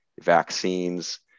vaccines